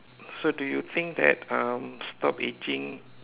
so do you think that um stop aging